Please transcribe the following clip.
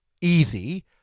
easy